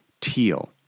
Teal